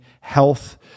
health